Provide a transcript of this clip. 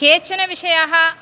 केचन विषयाः